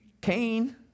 Cain